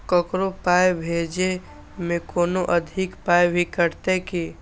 ककरो पाय भेजै मे कोनो अधिक पाय भी कटतै की?